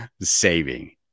saving